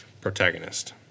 Protagonist